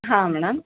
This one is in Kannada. ಹಾಂ ಮೇಡಮ್